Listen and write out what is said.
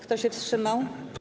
Kto się wstrzymał?